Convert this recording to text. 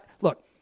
look